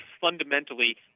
fundamentally